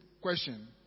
question